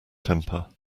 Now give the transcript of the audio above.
temper